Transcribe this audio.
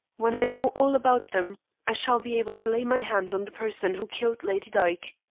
when i know all about them i shall be able to lay my hand on the person who killed lady dyke.